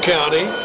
County